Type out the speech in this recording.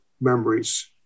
memories